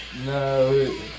No